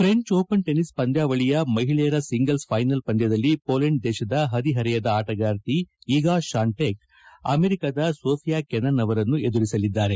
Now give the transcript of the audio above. French Open tennis ಪಂದ್ಕಾವಳಿಯ ಮಹಿಳೆಯರ singles final ಪಂದ್ಕದಲ್ಲಿ ಪೋಲೆಂಡ್ ದೇಶದ ಹದಿಹರೆಯದ ಆಟಗಾರ್ಹಿ ಇಗಾ ಶ್ಕಾನ್ಟೆಕ್ ಅಮೆರಿಕಾದ ಸೊಫಿಯಾ ಕೆನೆನ್ ಅವರನ್ನು ಎದುರಿಸಲಿದ್ದಾರೆ